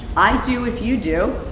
i do if you do